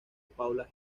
paula